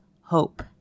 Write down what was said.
hope